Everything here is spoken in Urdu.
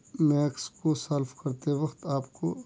میکس کو سالف کرتے وقت آپ کو